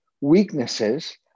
weaknesses